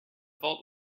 vault